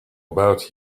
about